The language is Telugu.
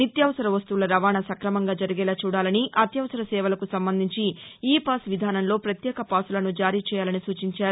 నిత్యావసర వస్తువుల రవాణా సక్రమంగా జరిగేలా చూడాలని అత్యవసర సేవలకు సంబంధించి ఈ పాస్ విధానంలో పత్యేక పాసులను జారీ చేయాలని సూచించారు